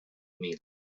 mil